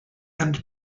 and